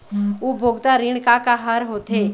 उपभोक्ता ऋण का का हर होथे?